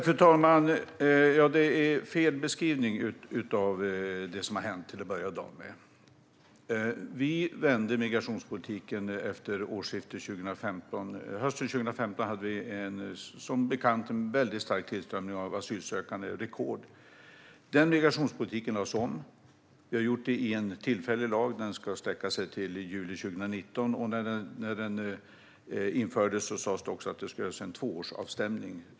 Fru talman! Detta är till att börja med en felaktig beskrivning av det som har hänt. Vi vände migrationspolitiken efter årsskiftet 2015. Hösten 2015 hade vi som bekant en rekordstark tillströmning av asylsökande. Den migrationspolitiken lades om. Detta gjordes genom en tillfällig lag som ska sträcka sig fram till juli 2019. När den infördes sas också att det skulle göras en tvåårsavstämning.